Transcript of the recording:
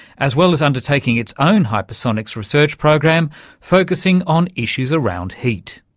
as well as undertaking its own hypersonic research program focussing on issues around heat.